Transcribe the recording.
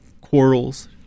quarrels